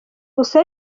gusa